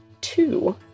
two